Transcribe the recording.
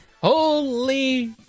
Holy